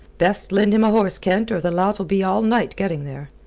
best lend him a horse, kent, or the lout'll be all night getting there.